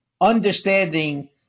understanding